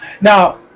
now